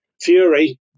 Fury